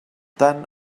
tant